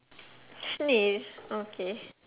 snail okay